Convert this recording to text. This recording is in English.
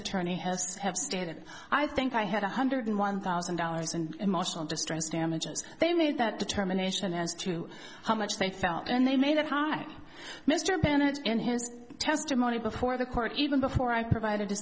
attorney has have stated i think i had one hundred in one thousand dollars and emotional distress damages they made that determination as to how much they felt and they made that high mr bennett in his testimony before the court even before i provided